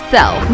Sell